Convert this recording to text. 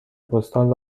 پستال